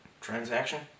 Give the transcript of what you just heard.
transaction